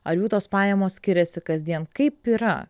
ar jų tos pajamos skiriasi kasdien kaip yra